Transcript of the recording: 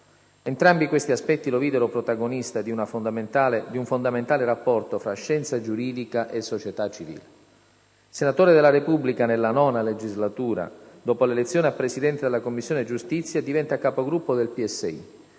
Entrambi questi aspetti lo videro protagonista di un fondamentale rapporto fra scienza giuridica e società civile. Senatore della Repubblica nella IX legislatura, dopo l'elezione a Presidente della Commissione giustizia, diventa Capogruppo del PSI.